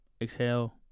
exhale